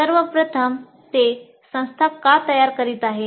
सर्व प्रथम ते संस्था का तयार करीत आहेत